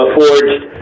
forged